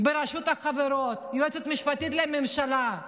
ברשות החברות, היועצת המשפטית לממשלה,